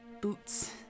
boots